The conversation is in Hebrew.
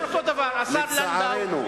לצערנו.